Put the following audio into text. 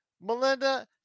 Melinda